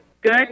Good